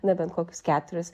na bent kokius keturis